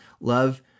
Love